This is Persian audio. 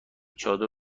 چادر